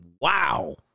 Wow